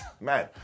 man